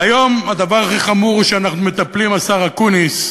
והיום, הדבר הכי חמור, שאנחנו מטפלים, השר אקוניס,